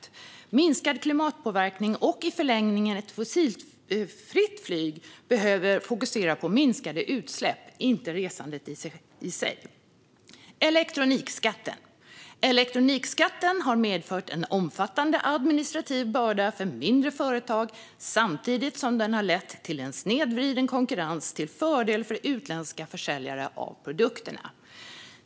När det handlar om minskad klimatpåverkan och i förlängningen ett fossilfritt flyg behöver man fokusera på minskade utsläpp, inte på resandet i sig. Elektronikskatten: Denna skatt har medfört en omfattande administrativ börda för mindre företag samtidigt som den har lett till en snedvriden konkurrens till fördel för utländska försäljare av produkterna.